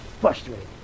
frustrated